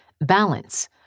balance